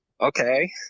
okay